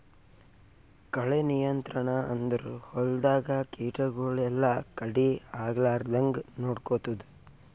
ಕಳೆ ನಿಯಂತ್ರಣ ಅಂದುರ್ ಹೊಲ್ದಾಗ ಕೀಟಗೊಳ್ ಎಲ್ಲಾ ಕಡಿ ಆಗ್ಲಾರ್ದಂಗ್ ನೊಡ್ಕೊತ್ತುದ್